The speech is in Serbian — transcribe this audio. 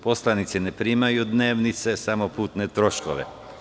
Poslanici ne primaju dnevnice, samo putne troškove.